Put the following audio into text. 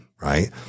right